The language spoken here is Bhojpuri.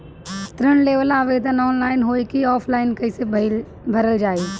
ऋण लेवेला आवेदन ऑनलाइन होई की ऑफलाइन कइसे भरल जाई?